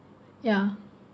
ya